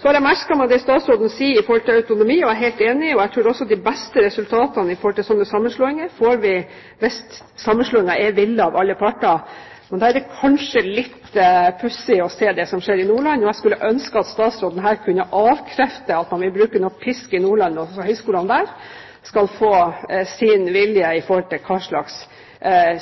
Så har jeg merket meg det statsråden sier om økonomi, og jeg er helt enig. Jeg tror også de beste resultatene av slike sammenslåinger får vi hvis sammenslåingen er villet av alle parter. Men da er det kanskje litt pussig å se det som skjer i Nordland, og jeg skulle ønske at statsråden her kunne avkrefte at man vil bruke noen pisk i Nordland overfor høyskolene der når det gjelder om de skal få sin vilje med hensyn til hva slags